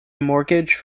mortgage